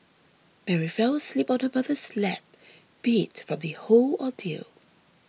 Mary fell asleep on her mother's lap beat from the whole ordeal